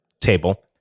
table